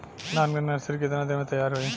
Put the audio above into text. धान के नर्सरी कितना दिन में तैयार होई?